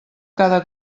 cada